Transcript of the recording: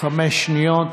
חמש שניות.